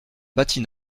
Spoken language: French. bâtie